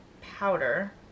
powder